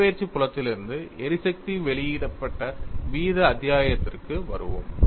இடப்பெயர்ச்சி புலத்திலிருந்து எரிசக்தி வெளியிடப்பட்ட வீத அத்தியாயத்திற்கு வருவோம்